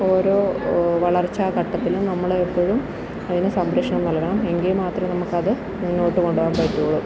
ഓരോ വളർച്ചാഘട്ടത്തിലും നമ്മൾ എപ്പോഴും അതിനു സംരക്ഷണം നൽകണം എങ്കിൽ മാത്രമേ അതു മുന്നോട്ടു കൊണ്ടുപോകാൻ പറ്റുകയുള്ളൂ